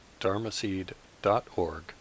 dharmaseed.org